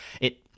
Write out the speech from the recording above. It-